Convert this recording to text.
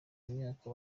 myaka